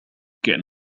كان